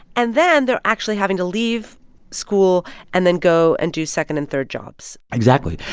and then they're actually having to leave school and then go and do second and third jobs exactly.